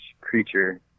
creature